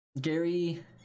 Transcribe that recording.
Gary